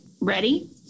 ready